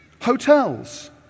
hotels